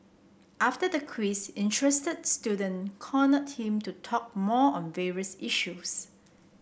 after the quiz interested student cornered him to talk more on various issues